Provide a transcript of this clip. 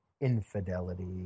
infidelity